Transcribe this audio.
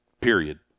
Period